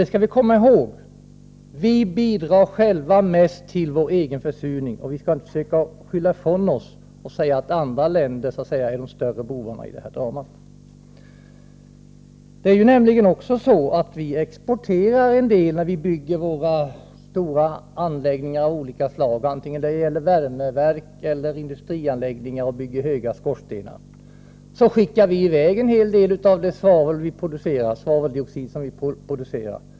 Vi skall komma ihåg att vi bidrar själva mest till vår egen försurning, och vi skall inte försöka skylla ifrån oss och påstå att andra länder är de större bovarna i detta drama. Det är också så att vi exporterar en del när vi bygger höga skorstenar till våra stora anläggningar av olika slag — det kan gälla värmeverk såväl som industrianläggningar. Vi skickar då i väg en hel del till andra länder av den svaveldioxid som vi producerar.